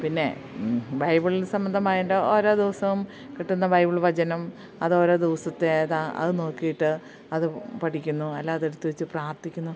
പിന്നെ ബൈബിളി സംബന്ധമായൻ്റെ ഓരോ ദിവസവും കിട്ടുന്ന ബൈബിൾ ഭജനം അതോരോ ദിവസത്തേതാ അത് നോക്കിയിട്ട് അത് പഠിക്കുന്നു അല്ല അതെടുത്ത് വെച്ച് പ്രാർത്ഥിക്കുന്നു